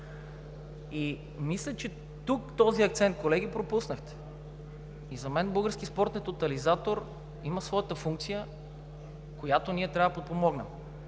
И мисля, че тук този акцент, колеги, го пропуснахте. За мен Българският спортен тотализатор има своята функция, която ние трябва да подпомогнем.